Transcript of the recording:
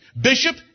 Bishop